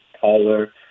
taller